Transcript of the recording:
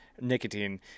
nicotine